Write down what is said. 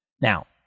Now